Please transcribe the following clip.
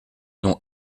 noms